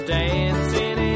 dancing